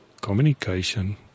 communication